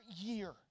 year